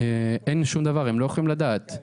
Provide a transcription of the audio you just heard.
הם לא יכולים לדעת.